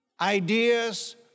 ideas